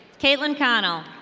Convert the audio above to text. caitin connell.